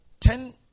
ten